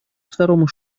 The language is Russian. второму